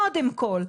קודם כל.